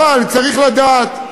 אבל צריך לדעת,